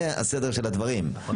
זה הסדר של הדברים.